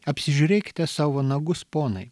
apsižiūrėkite savo nagus ponai